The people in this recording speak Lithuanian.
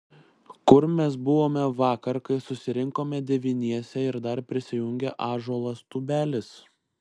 kur mes buvome vakar kai susirinkome devyniese ir dar prisijungė ąžuolas tubelis